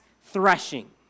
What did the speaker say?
threshing